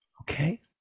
Okay